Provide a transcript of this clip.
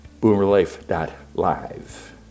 boomerlife.live